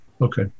Okay